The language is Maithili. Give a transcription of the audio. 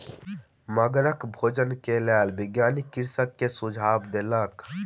मगरक भोजन के लेल वैज्ञानिक कृषक के सुझाव देलक